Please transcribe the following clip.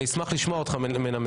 אני אשמח לשמוע אותך מנמק.